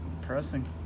Impressing